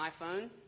iPhone